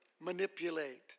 Manipulate